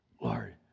Lord